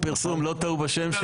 לא טעו.